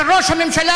של ראש הממשלה,